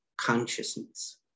consciousness